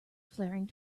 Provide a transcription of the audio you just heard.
flaring